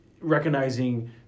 recognizing